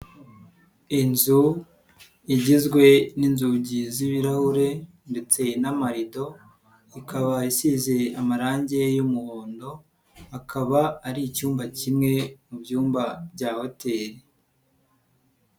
Inzu igizwe n'inzugi z'ibirahure ndetse n'amarido ikaba isize amarangi y'umuhondo akaba ari icyumba kimwe mu byumba bya hoteri.